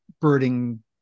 birding